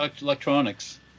electronics